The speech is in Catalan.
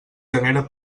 genera